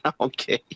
okay